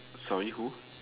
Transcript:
sorry who